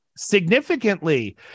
significantly